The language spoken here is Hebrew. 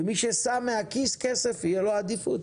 ומי ששם מהכיס כסף, תהיה לו עדיפות.